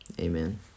Amen